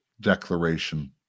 declaration